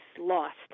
lost